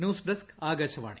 news desk Akashvani